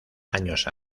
años